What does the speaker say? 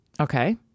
Okay